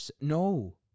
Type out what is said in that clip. No